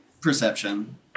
Perception